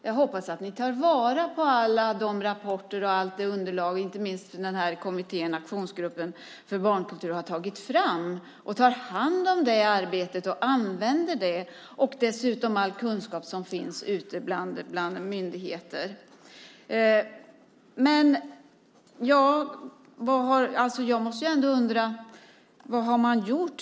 Jag hoppas att ni tar vara på alla rapporter och alla underlag som inte minst kommittén i fråga, Aktionsgruppen för barnkultur, har tagit fram och att ni tar hand om det arbetet och använder det liksom all kunskap som finns ute på myndigheter. Jag undrar ändå: Vad har man gjort?